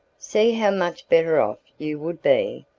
see how much better off you would be,